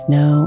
no